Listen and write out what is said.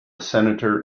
senator